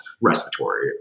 respiratory